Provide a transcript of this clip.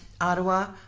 Ottawa